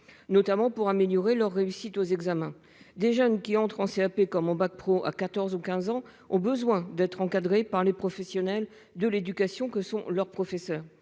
notamment pour améliorer leur réussite aux examens. Des jeunes qui entrent en CAP ou en bac pro à 14 ans ou 15 ans ont besoin d'être encadrés par les professionnels de l'éducation que sont leurs professeurs